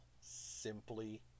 Simply